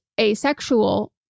asexual